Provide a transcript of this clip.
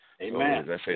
Amen